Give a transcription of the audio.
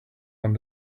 one